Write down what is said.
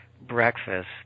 breakfast